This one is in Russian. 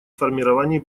формировании